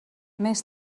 més